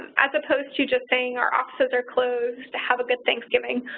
as opposed to just saying our offices are closed, to have a good thanksgiving,